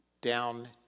Down